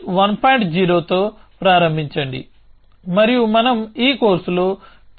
0 తో ప్రారంభించండి మరియు మనం ఈ కోర్సులో ఇక్కడ PDDL 1